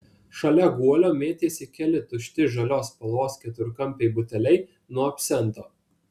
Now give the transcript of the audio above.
šalia guolio mėtėsi keli tušti žalios spalvos keturkampiai buteliai nuo absento